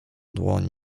dłoń